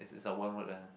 it is a one word ah